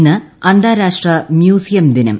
ഇന്ന് അന്താരാഷ്ട്ര മ്യൂസിയം ദിനം